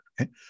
okay